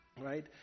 right